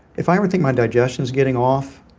if i don't think my digestion is getting off,